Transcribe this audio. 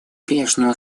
прежнему